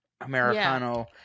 Americano